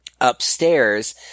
upstairs